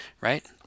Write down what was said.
right